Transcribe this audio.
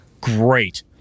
Great